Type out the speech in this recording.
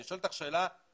אני שואל אותך שאלה פשוטה,